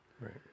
Right